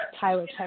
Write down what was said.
Tyler